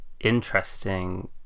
interesting